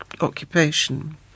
occupation